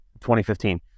2015